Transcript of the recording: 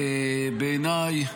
בעיניי,